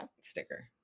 sticker